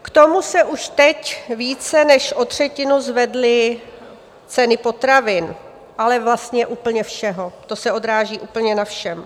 K tomu se už teď více než o třetinu zvedly ceny potravin, ale vlastně úplně všeho, to se odráží úplně na všem.